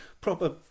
proper